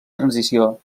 transició